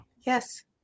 yes